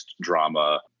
drama